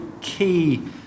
key